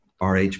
rh